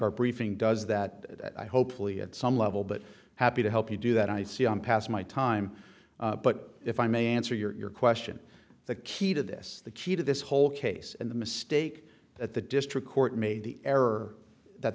our briefing does that hopefully at some level but happy to help you do that i see i'm past my time but if i may answer your question the key to this the key to this whole case and the mistake that the district court made the error that